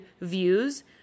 views